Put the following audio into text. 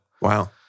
Wow